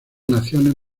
naciones